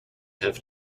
have